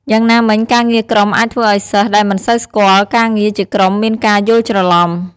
យ៉ាងណាមិញ ការងារក្រុមអាចធ្វើឲ្យសិស្សដែលមិនសូវស្គាល់ការងារជាក្រុមមានការយល់ច្រឡំ។